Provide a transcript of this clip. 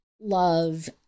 love